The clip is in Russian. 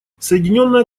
соединенное